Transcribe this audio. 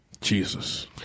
Jesus